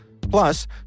Plus